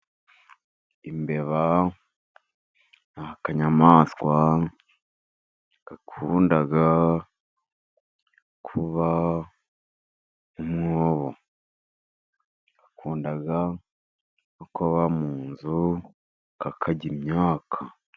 Imbeba ni akanyamaswa gakunda kuba mu mwobo. Gakunda kuba mu nzu kakarya imyaka.